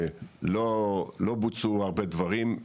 לא בוצעו הרבה דברים,